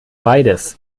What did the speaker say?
beides